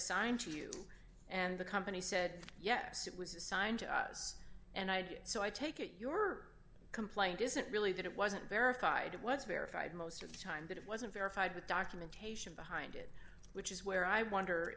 assigned to you and the company said yes it was assigned and i did so i take it your complaint isn't really that it wasn't verified it was verified most of the time that it wasn't verified with documentation behind it which is where i wonder